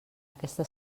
aquesta